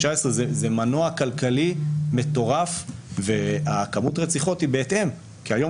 19. זה מנוע כלכלי מטורף וכמות הרציחות היא בהתאם כי היום